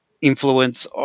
influence